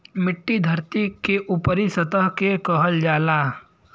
मट्टी धरती के ऊपरी सतह के कहल जाला